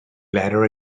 bladder